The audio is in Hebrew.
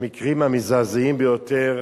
המקרים המזעזעים ביותר